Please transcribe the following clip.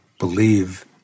believe